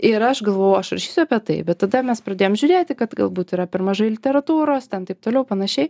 ir aš galvojau aš rašysiu apie tai bet tada mes pradėjom žiūrėti kad galbūt yra per mažai literatūros ten taip toliau panašiai